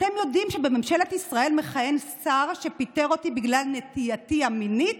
אתם יודעים שבממשלת ישראל מכהן שר שפיטר אותי בגלל נטייתי המינית?